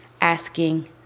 asking